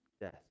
death